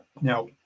Now